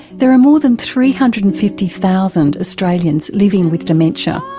there are more than three hundred and fifty thousand australians living with dementia.